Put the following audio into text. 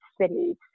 cities